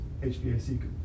HVAC